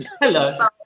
Hello